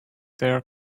their